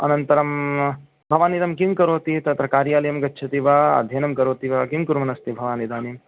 अनन्तरं भवान् इदं किं करोति तत्र कर्यालयं गच्छति वा अध्ययनं करोति वा किं कुर्वन्नस्ति भवानिदानीम्